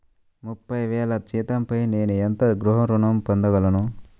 ముప్పై వేల జీతంపై నేను ఎంత గృహ ఋణం పొందగలను?